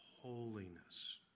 holiness